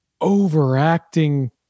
overacting